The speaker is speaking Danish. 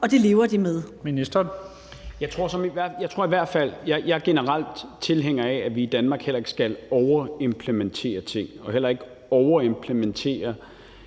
Kl. 14:57 Justitsministeren (Peter Hummelgaard): Jeg er generelt tilhænger af, at vi i Danmark heller ikke skal overimplementere ting og heller ikke overimplementere